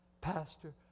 Pastor